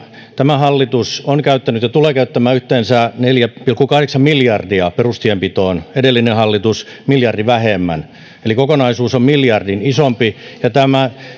tämä hallitus on käyttänyt ja tulee käyttämään yhteensä neljä pilkku kahdeksan miljardia perustienpitoon edellinen hallitus miljardin vähemmän eli kokonaisuus on miljardin isompi ja